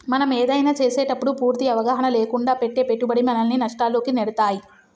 మనం ఏదైనా చేసేటప్పుడు పూర్తి అవగాహన లేకుండా పెట్టే పెట్టుబడి మనల్ని నష్టాల్లోకి నెడతాయి